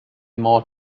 more